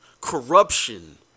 corruption